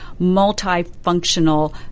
multifunctional